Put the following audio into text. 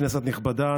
כנסת נכבדה,